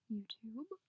YouTube